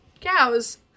cows